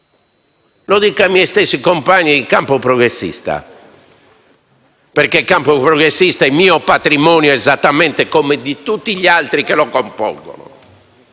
e ai miei stessi compagni di Campo progressista, perché questo Gruppo è mio patrimonio esattamente come di tutti gli altri che lo compongono.